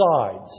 sides